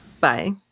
bye